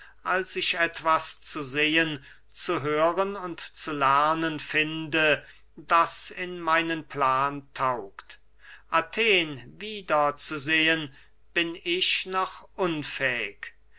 als ich etwas zu sehen zu hören und zu lernen finde das in meinen plan taugt athen wieder zu sehen bin ich noch unfähig